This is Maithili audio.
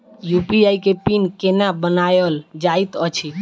यु.पी.आई केँ पिन केना बनायल जाइत अछि